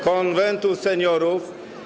Konwentu Seniorów.